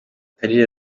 kalira